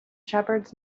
shepherds